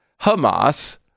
hamas